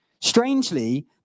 Strangely